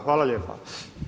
Hvala lijepa.